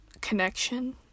connection